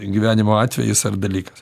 gyvenimo atvejis ar dalykas